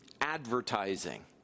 advertising